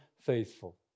faithful